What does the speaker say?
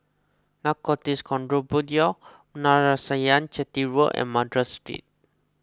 Narcotics Control Bureau Narayanan Chetty Road and Madras Street